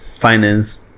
finance